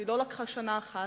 והיא לא לקחה שנה אחת,